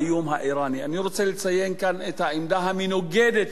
אני רוצה לציין כאן את העמדה המנוגדת של שר האוצר,